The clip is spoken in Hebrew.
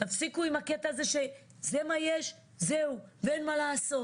תפסיקו עם הקטע הזה ש'זה מה יש ואין מה לעשות'.